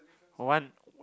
one